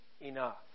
enough